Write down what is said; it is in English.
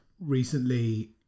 recently